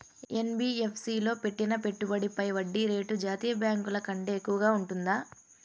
NBFC లో పెట్టిన పెట్టుబడి పై వడ్డీ రేటు జాతీయ బ్యాంకు ల కంటే ఎక్కువగా ఉంటుందా?